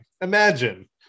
imagine